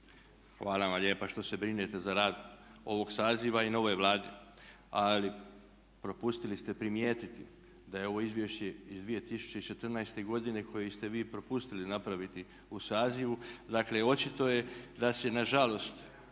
hvala vam lijepa što se brinete za rad ovog saziva i nove Vlade ali propustili ste primijetiti da je ovo izvješće iz 2014. godine koje ste vi propustili napraviti u sazivu, dakle očito je da se nažalost